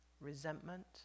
resentment